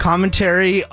Commentary